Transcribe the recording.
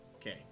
Okay